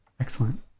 Excellent